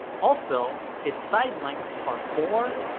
also, its side lengths are four,